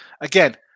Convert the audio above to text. Again